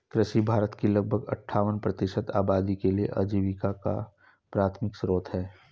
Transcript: कृषि भारत की लगभग अट्ठावन प्रतिशत आबादी के लिए आजीविका का प्राथमिक स्रोत है